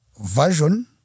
Version